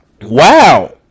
Wow